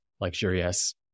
luxurious